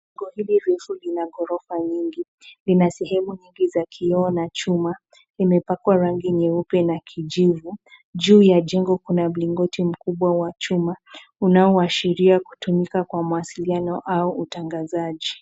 Jengo hili refu lina ghorofa nyingi. Lina sehemu nyingi za kioo na chuma. Imepakwa rangi nyeupe na kijivu. Juu ya jengo kuna mlingoti mkubwa wa chuma unaoashiria kutumika kwa mawasiliano au utangazaji.